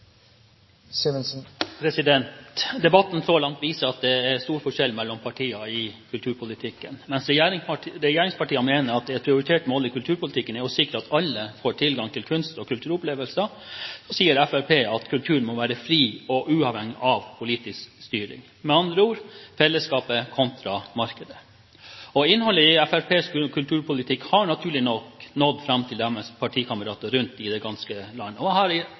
tilmålte tiden. Debatten så langt viser at det er stor forskjell mellom partiene i kulturpolitikken. Mens regjeringspartiene mener at et prioritert mål i kulturpolitikken er å sikre at alle får tilgang til kunst- og kulturopplevelser, mener Fremskrittspartiet at kulturen må være fri og uavhengig av politisk styring – med andre ord: fellesskapet kontra markedet. Innholdet i Fremskrittspartiets kulturpolitikk har naturlig nok nådd fram til deres partikamerater rundt om i det ganske land. Jeg har i